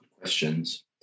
Questions